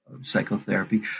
psychotherapy